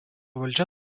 valdžia